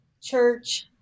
church